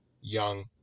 young